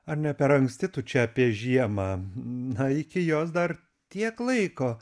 ar ne per anksti tu čia apie žiemą na iki jos dar tiek laiko